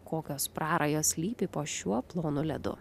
kokios prarajos slypi po šiuo plonu ledu